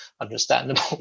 understandable